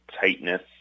tightness